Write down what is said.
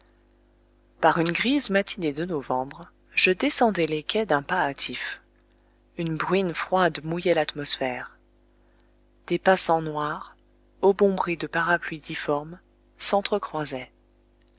par une grise matinée de novembre je descendais les quais d'un pas hâtif une bruine froide mouillait l'atmosphère des passants noirs obombrés de parapluies difformes